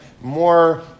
more